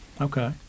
Okay